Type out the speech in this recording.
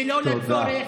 שלא לצורך.